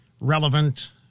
relevant